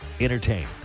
entertain